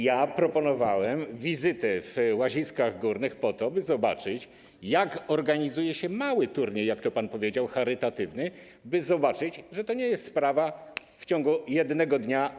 Ja proponowałem wizytę w Łaziskach Górnych po to, by zobaczyć, jak organizuje się mały turniej, jak to pan powiedział, charytatywny, by zobaczyć, że to nie jest sprawa do załatwienia w ciągu jednego dnia.